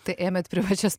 tai ėmėt privačias